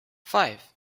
five